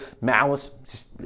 malice